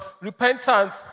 repentance